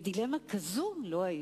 בדילמה כזאת לא הייתי.